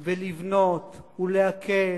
ולבנות, ולהקל,